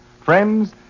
Friends